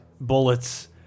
bullets